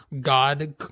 God